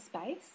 space